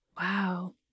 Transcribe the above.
Wow